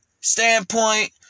standpoint